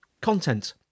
content